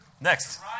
Next